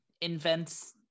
invents